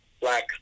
black